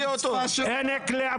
אני לא רוצה לצאת.